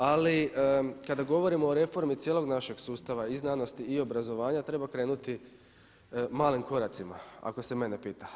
Ali kada govorimo o reformi cijelog našeg sustava i znanosti i obrazovanja treba krenuti malim koracima ako se mene pita.